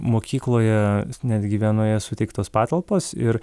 mokykloje netgi vienoje suteiktos patalpos ir